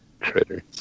critters